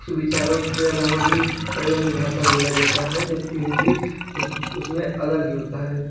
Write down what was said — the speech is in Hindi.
सुविचारों के अलावा भी कई अन्य भाषा बोला जाता है जबकि हिंदी उस उसमें अलग ही होता है